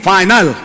Final